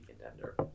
contender